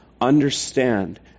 understand